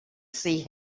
see